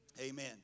Amen